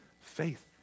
faith